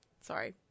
Sorry